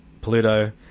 Pluto